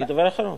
אני דובר אחרון.